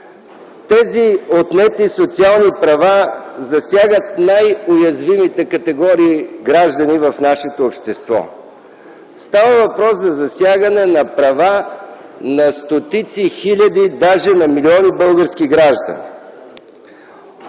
Тези отнети социални права засягат най-уязвимите категории граждани в нашето общество. Става въпрос за засягане на права на стотици хиляди, даже на милиони български граждани.